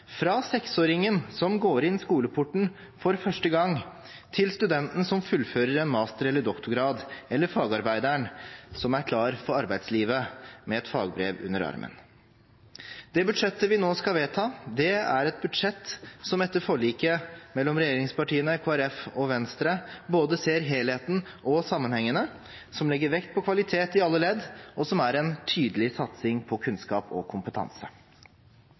fra 6-åringen som går inn skoleporten for første gang, til studenten som fullfører en master- eller doktorgrad, eller fagarbeideren som er klar for arbeidslivet med et fagbrev under armen. Det budsjettet vi nå skal vedta, er et budsjett som etter forliket mellom regjeringspartiene, Kristelig Folkeparti og Venstre ser både helheten og sammenhengene, som legger vekt på kvalitet i alle ledd, og som er en tydelig satsing på kunnskap og kompetanse.